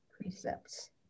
precepts